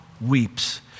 weeps